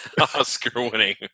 Oscar-winning